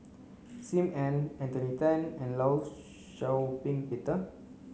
Sim Ann Anthony Then and Law Shau Ping Peter